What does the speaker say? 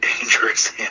dangerous